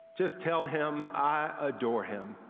just tell him i adore him.